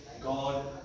God